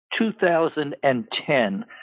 2010